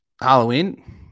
Halloween